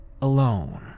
alone